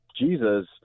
Jesus